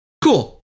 Cool